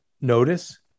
notice